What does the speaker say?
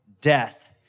death